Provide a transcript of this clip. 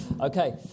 Okay